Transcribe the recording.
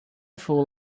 fool